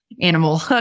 animal